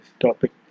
topic